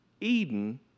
Eden